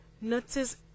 Notice